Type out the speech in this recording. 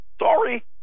sorry